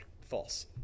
False